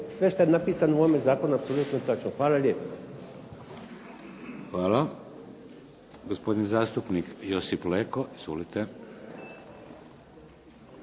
sve što je napisano u ovom zakonu apsolutno točno. Hvala lijepo. **Šeks, Vladimir (HDZ)** Hvala. Gospodin zastupnik Josip Leko. Izvolite.